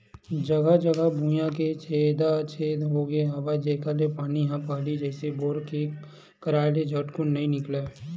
जघा जघा भुइयां के छेदा छेद होगे हवय जेखर ले पानी ह पहिली जइसे बोर के करवाय ले झटकुन नइ निकलय